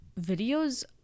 videos